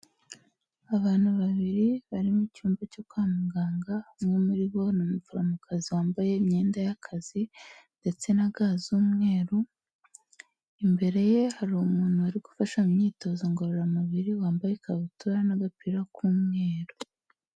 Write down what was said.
Abantu babiri bari mu cyumba cyo kwa muganga. Umwe muri bo ni umuforomokazi wambaye imyenda y'akazi ndetse na gants z'umweru. Imbere ye hari umuntu arigufasha mu myitozo ngororamubiri wambaye ikabutura n'agapira k'umweru.